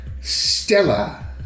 Stella